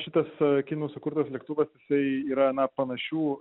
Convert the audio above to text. šitas kinų sukurtas lėktuvas jisai yra na panašių